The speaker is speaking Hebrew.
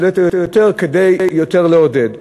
ביותר כדי יותר לעודד,